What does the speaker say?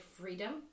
freedom